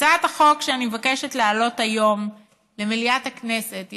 הצעת החוק שאני מבקשת להעלות היום במליאת הכנסת היא